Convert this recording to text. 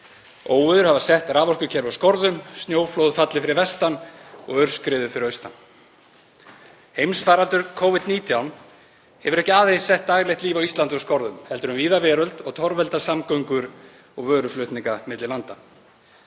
Óveður hafa sett raforkukerfi úr skorðum, snjóflóð hafa fallið fyrir vestan og aurskriður fyrir austan, heimsfaraldur Covid-19 hefur ekki aðeins sett daglegt líf á Íslandi úr skorðum heldur einnig um víða veröld og torveldað samgöngur og vöruflutninga milli landa.